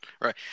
Right